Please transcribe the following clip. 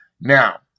Now